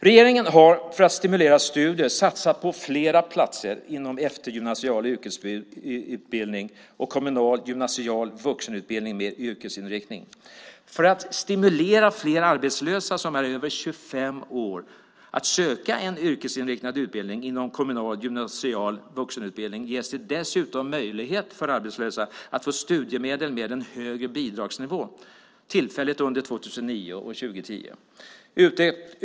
Det blir redan på måndagen. För att stimulera till studier har regeringen satsat på fler platser inom eftergymnasial yrkesutbildning och kommunal gymnasial vuxenutbildning med yrkesinriktning. För att stimulera fler arbetslösa över 25 år till att söka till en yrkesinriktad utbildning inom kommunal gymnasial vuxenutbildning ges arbetslösa dessutom möjlighet till studiemedel med en högre bidragsnivå - tillfälligt under åren 2009 och 2010.